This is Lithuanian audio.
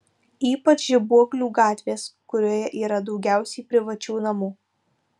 ypač žibuoklių gatvės kurioje yra daugiausiai privačių namų